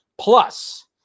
plus